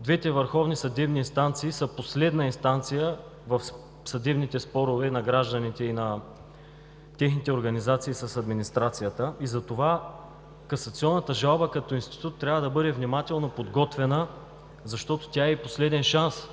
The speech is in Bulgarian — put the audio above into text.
двете върховни съдебни инстанции са последна инстанция в съдебните спорове на гражданите и на техните организации с администрацията и затова касационната жалба като институт трябва да бъде внимателно подготвена, защото тя е и последен шанс.